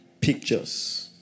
Pictures